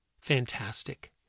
Fantastic